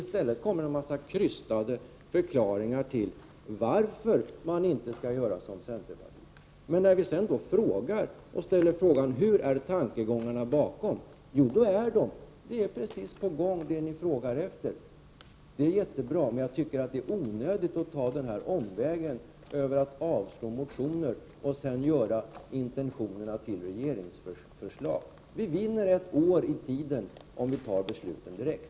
I stället kommer en massa krystade förklaringar till att man inte skall göra som centerpartiet föreslår. Men när man sedan ställer frågan vilka tankegångarna bakom är, får man veta att det man frågar efter är på gång. Det är jättebra, men jag tycker att det är onödigt att ta omvägen att först avslå motionerna och sedan göra intentionerna till regeringsförslag. Vi vinner ett år i tid om vi antar förslagen direkt.